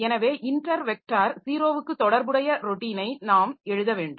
எனவே inter vector 0 க்கு தொடர்புடைய ராெட்டினை நாம் எழுத வேண்டும்